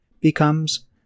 becomes